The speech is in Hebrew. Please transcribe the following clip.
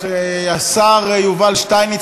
השר יובל שטייניץ,